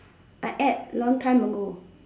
I add long time ago